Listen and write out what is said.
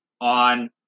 on